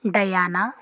diana